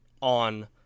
on